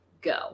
go